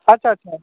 আচ্ছা আচ্ছা